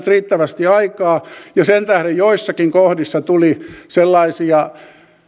riittävästi aikaa ja sen tähden joissakin kohdissa tuli sellaisia